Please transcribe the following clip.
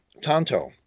Tonto